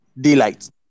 daylight